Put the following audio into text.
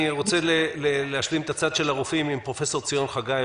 אני רוצה להשלים את הצד של הרופאים עם פרופ' ציון חגי,